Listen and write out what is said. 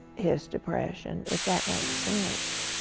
his depression if that makes sense.